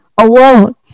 alone